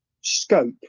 scope